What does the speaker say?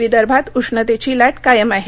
विदर्भात उष्णतेची लाट कायम आहे